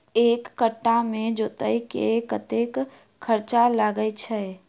एक कट्ठा केँ जोतय मे कतेक खर्चा लागै छै?